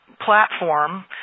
platform